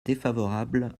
défavorable